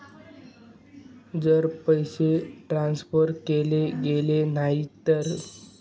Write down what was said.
जर पैसे ट्रान्सफर केले गेले नाही तर?